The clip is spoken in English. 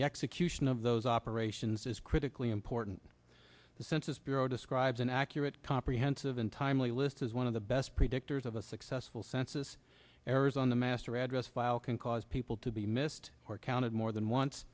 the execution of those operations is critically important the census bureau describes an accurate comprehensive and timely list as one of the best predictors of a successful census errors on the master address file can cause people to be missed or counted more than once